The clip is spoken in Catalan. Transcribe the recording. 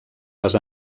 les